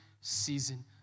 season